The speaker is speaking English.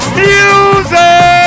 music